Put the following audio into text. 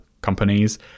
companies